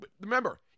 Remember